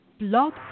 blog